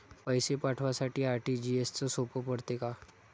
पैसे पाठवासाठी आर.टी.जी.एसचं सोप पडते का?